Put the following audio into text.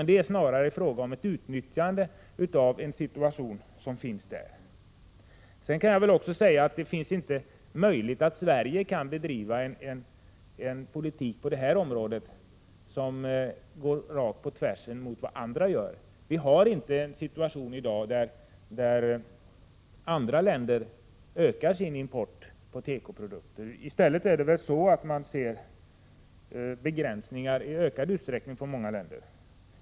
Det är snarare fråga om ett utnyttjande av situationen i dessa länder. Det är emellertid inte möjligt för Sverige att bedriva en politik på detta område som går rakt mot andra länders politik. I dag ökar inte andra länder sin import av tekoprodukter. I stället ser man att många länder minskar sin import.